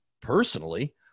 Personally